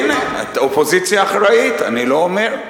בכל אופן, הנה, אופוזיציה אחראית, אני לא אומר.